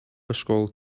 ysgol